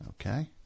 Okay